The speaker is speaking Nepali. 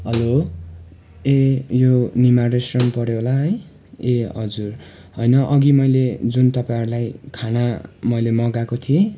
हेलो ए यो निमा रेस्टुरेन्ट पर्यो होला है ए हजुर होइन अघि मैले जुन तपाईँहरूलाई खाना मैले मगाएको थिएँ